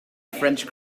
french